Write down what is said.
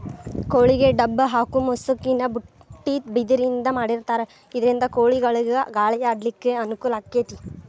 ಕೋಳಿಗೆ ಡಬ್ಬ ಹಾಕು ಮುಸುಕಿನ ಬುಟ್ಟಿ ಬಿದಿರಿಂದ ಮಾಡಿರ್ತಾರ ಇದರಿಂದ ಕೋಳಿಗಳಿಗ ಗಾಳಿ ಆಡ್ಲಿಕ್ಕೆ ಅನುಕೂಲ ಆಕ್ಕೆತಿ